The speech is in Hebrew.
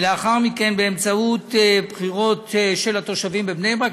ולאחר מכן באמצעות בחירות של התושבים בבני-ברק,